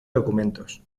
documentos